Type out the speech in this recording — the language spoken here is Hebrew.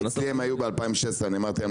אצלי הם היו בשנת 2016 ואני אמרתי להם